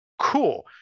cool